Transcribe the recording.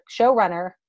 showrunner